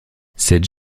cette